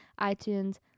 iTunes